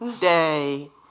day